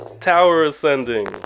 tower-ascending